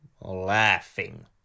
laughing